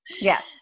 yes